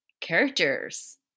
characters